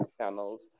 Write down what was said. channels